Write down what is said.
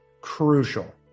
crucial